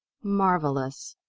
marvelous!